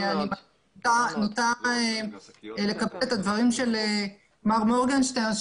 אני נוטה לקבל את הדברים של מר מורגנשטרן,